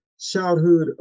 childhood